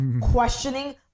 questioning